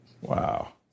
Wow